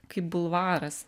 kaip bulvaras